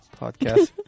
podcast